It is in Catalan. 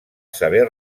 saber